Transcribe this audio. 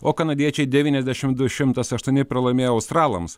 o kanadiečiai devyniasdešimt du šimtas aštuoni pralaimėjo australams